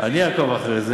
אני אעקוב אחרי זה